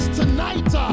tonight